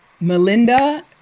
melinda